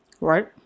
Right